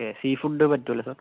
okay sea food പറ്റുമല്ലോ sir